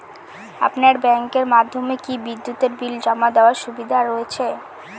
আপনার ব্যাংকের মাধ্যমে কি বিদ্যুতের বিল জমা দেওয়ার সুবিধা রয়েছে?